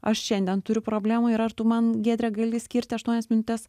aš šiandien turiu problemą ir ar tu man giedre gali skirti aštuonias minutes